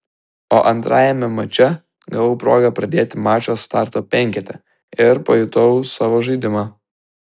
o antrajame mače gavau progą pradėti mačą starto penkete ir pajutau savo žaidimą